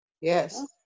Yes